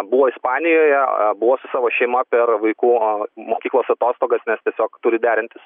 buvo ispanijoje buvo su savo šeima per vaikų mokyklos atostogas nes tiesiog turi derintis